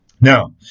Now